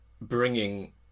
bringing